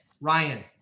ryan